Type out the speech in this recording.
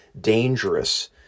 dangerous